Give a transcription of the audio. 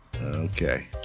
okay